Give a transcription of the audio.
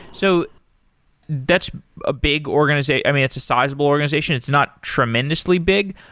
so that's a big organization i mean, it's a sizeable organization. it's not tremendously big.